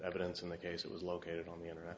evidence in the case it was located on the internet